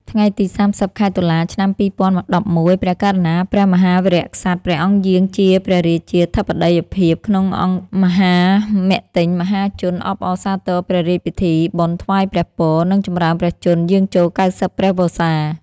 ថ្ងៃទី៣០ ខែតុលា ឆ្នាំ២០១១ ព្រះករុណាព្រះមហាវីរក្សត្រ ព្រះអង្គយាងជាព្រះរាជាធិបតីភាពក្នុងអង្គមហាមិទ្ទិញមហាជនអបអរសាទរព្រះរាជពិធីបុណ្យថ្វាយព្រះពរ និងចម្រើនព្រះជន្មយាងចូល ៩០ ព្រះវស្សា។